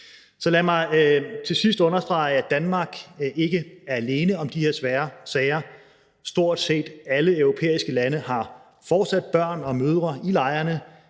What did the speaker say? Lad mig til sidst understrege, at Danmark ikke er alene om de her svære sager. Stort set alle europæiske lande har fortsat børn og mødre i lejrene,